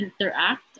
interact